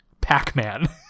Pac-Man